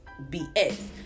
BS